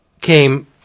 came